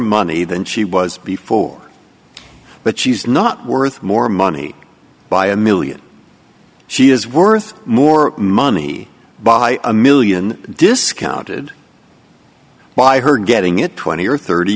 money than she was before but she's not worth more money by a million she is worth more money by a million discounted by her getting it twenty or thirty